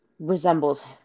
resembles